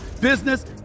business